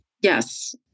Yes